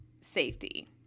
safety